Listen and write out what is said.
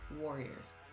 warriors